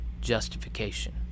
justification